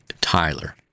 Tyler